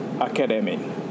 academy